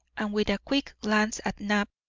and with a quick glance at knapp,